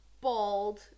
bald